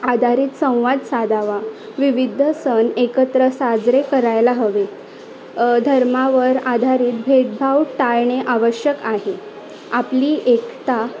आधारित संवाद साधावा विविध सण एकत्र साजरे करायला हवे धर्मावर आधारित भेदभाव टाळणे आवश्यक आहे आपली एकता